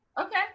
Okay